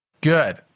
Good